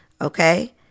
okay